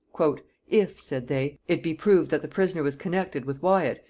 if, said they, it be proved that the prisoner was connected with wyat,